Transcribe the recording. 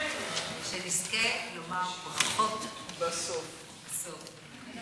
אפשר להעביר אותה לוועדה לענייני ביקורת המדינה?